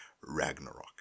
Ragnarok